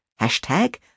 Hashtag